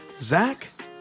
Zach